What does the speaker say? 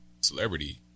celebrity